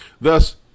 Thus